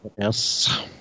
Yes